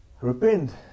repent